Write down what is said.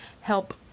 help